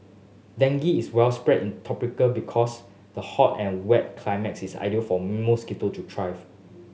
dengue is widespread in tropic because the hot and wet climate is ideal for mosquito to thrive